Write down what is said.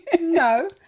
No